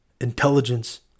intelligence